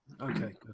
Okay